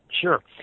Sure